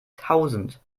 tausend